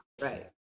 right